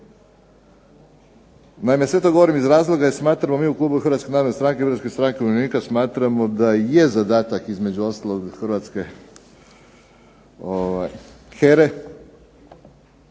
Naime, sve to govorim iz razloga jer smatramo mi u Klubu narodne stranke i Hrvatske stranke umirovljenika smatramo da je zadatak između ostalog Hrvatske